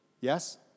Yes